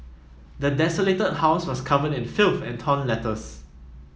the desolated house was covered in filth and torn letters